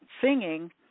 singing